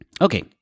Okay